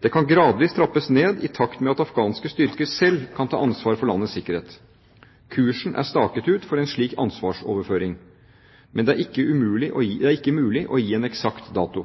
Det kan gradvis trappes ned i takt med at afghanske styrker selv kan ta ansvar for landets sikkerhet. Kursen er staket ut for en slik ansvarsoverføring. Men det er ikke mulig å angi en eksakt dato.